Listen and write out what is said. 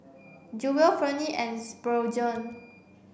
Jewel Ferne and Spurgeon